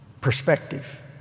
Perspective